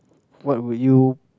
what would you